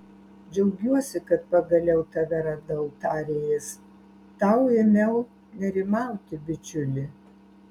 džiaugiuosi kad pagaliau tave radau tarė jis tau ėmiau nerimauti bičiuli